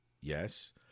Yes